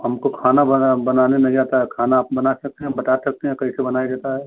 हमको खाना बना बनाने नहीं आता है खाना आप बना सकती हैं बता सकती हैं कैसे बनाया जाता है